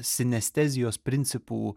sinestezijos principų